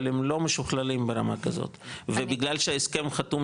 אבל הם לא משוכללים ברמה כזאת ובגלל שההסכם חתום,